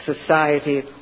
society